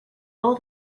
all